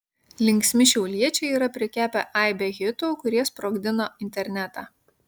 linksmi šiauliečiai yra prikepę aibę hitų kurie sprogdina internetą